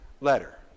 letter